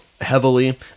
heavily